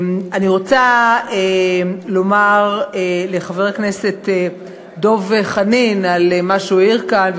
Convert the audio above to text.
אני רוצה לומר לחבר הכנסת דב חנין על מה שהוא העיר כאן,